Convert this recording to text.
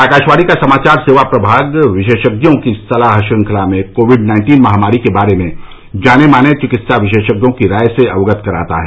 आकाशवाणी का समाचार सेवा प्रभाग विशेषज्ञों की सलाह श्रृंखला में कोविड नाइन्टीन महामारी के बारे में जाने माने चिकित्सा विशेषज्ञों की राय से अवगत कराता है